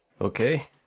Okay